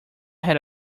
had